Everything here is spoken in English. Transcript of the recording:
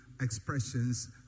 expressions